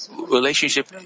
relationship